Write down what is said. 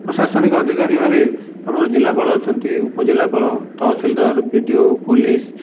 ପ୍ରଶାସନିକ ଅଧିକାରୀ ଭାବେ ଆମର ଜିଲ୍ଲାପାଳ ଅଛନ୍ତି ଉପଜିଲ୍ଲାପାଳ ତହସିଲଦାର ବିଡ଼ିଓ ପୋଲିସ୍